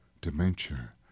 dementia